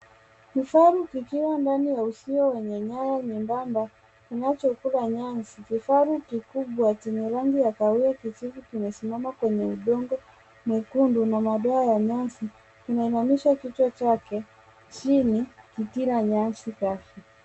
Vifaru vikiwa ndani ya uzio wenye nyaya nyembamba kinachokula nyasi. Vifaru kikubwa chenye rangi ya kahawia kijivu kimesimama kwenye udongo mwekundu na madoa ya nyasi. Kinainamishwa kichwa chake chini kikila nyasi kavu.